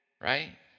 Right